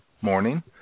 morning